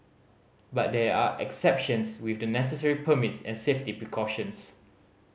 but there are exceptions with the necessary permits and safety precautions